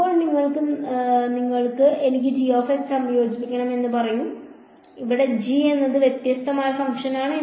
ഇപ്പോൾ നിങ്ങൾ നാളെ വരൂ എനിക്ക് സംയോജിപ്പിക്കണം എന്ന് പറയൂ ഇവിടെ g എന്നത് വ്യത്യസ്തമായ ഫംഗ്ഷനാണ്